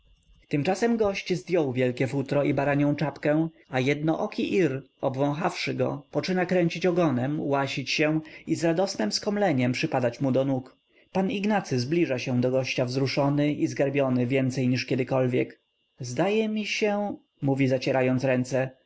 tymczasem gość zdjął wielkie futro i baranią czapkę a jednooki ir obwąchawszy go poczyna kręcić ogonem łasić się i z radosnem skomleniem przypadać mu do nóg p ignacy zbliża się do gościa wzruszony i zgarbiony więcej niż kiedykolwiek zdaje mi się mówi zacierając ręce